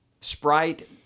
Sprite